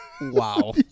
Wow